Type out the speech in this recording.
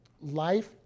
life